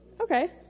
Okay